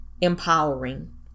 empowering